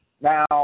Now